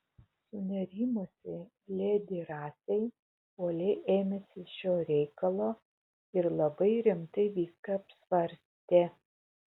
sunerimusi ledi rasei uoliai ėmėsi šio reikalo ir labai rimtai viską apsvarstė